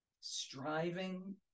striving